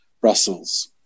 Brussels